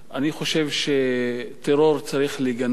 אני חושב שטרור צריך לגנות,